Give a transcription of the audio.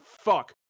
fuck